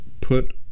put